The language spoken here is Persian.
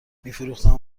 میفروختم